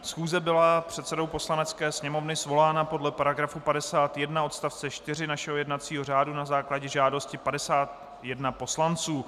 Schůze byla předsedou Poslanecké sněmovny svolána podle § 51 odst. 4 našeho jednacího řádu na základě žádosti 51 poslanců.